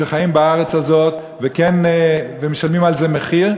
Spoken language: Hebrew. שחיים בארץ הזאת ומשלמים על זה מחיר,